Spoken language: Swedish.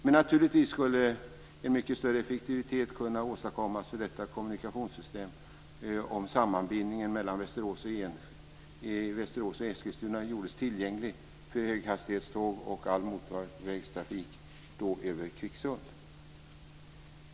Men naturligtvis skulle en mycket större effektivitet kunna åstadkommas för detta kommunikationssystem om sammanbindningen mellan Västerås och Eskilstuna gjordes tillgänglig för höghastighetståg och om all motorvägstrafik gick över Kvicksund.